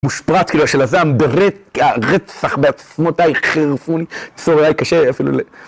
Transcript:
מושפרץ כאילו של הזעם ברצח בעצמותיי חירפוני צוררי היה קשה אפילו ל...